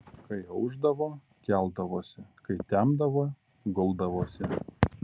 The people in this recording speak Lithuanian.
kai aušdavo keldavosi kai temdavo guldavosi